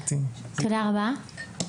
להלן תרגומם: תודה רבה.